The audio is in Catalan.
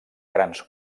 grans